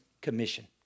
commission